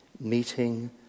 meeting